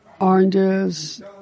Oranges